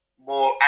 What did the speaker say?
more